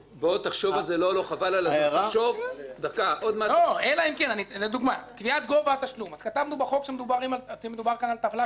5. קביעת גובה התשלום מדובר בטבלת שומה